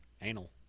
Anal